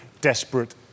desperate